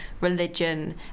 religion